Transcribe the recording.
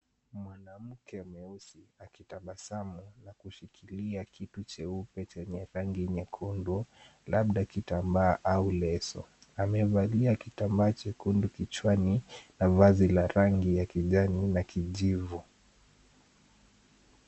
Mwanamke mweusi akitabasamu na kushikilia, kitu cheupe chenye rangi nyekundu, labda kitambaa au leso. Amevalia kitambaa chekundu kichwani na vazi la rangi ya kijani na kijivu.